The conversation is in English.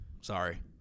sorry